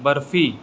barfi